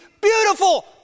beautiful